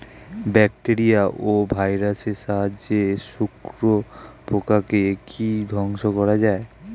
Bacteria ও ভাইরাসের সাহায্যে শত্রু পোকাকে কি ধ্বংস করা যায়?